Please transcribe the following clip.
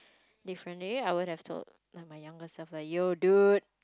differently I would have told like my younger self like yo dude